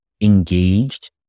engaged